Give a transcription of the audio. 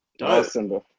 Awesome